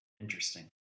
Interesting